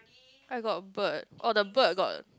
I got bird oh the bird got